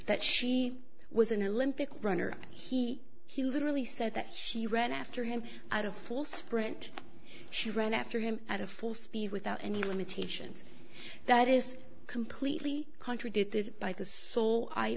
that she was an olympic runner up and he he literally said that she ran after him at a full sprint she ran after him at a full speed without any limitations that is completely contradicted b